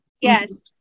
Yes